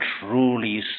truly